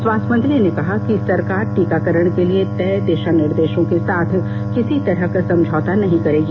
स्वास्थ मंत्री ने कहा कि सरकार टीकाकरण के लिए तय दिशानिर्देशों के साथ किसी तरह का समझौता नहीं करेगी